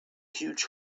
huge